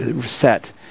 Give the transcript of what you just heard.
set